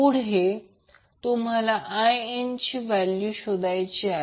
पुढे तुम्हाला IN ची व्हॅल्यू शोधायची आहे